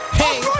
hey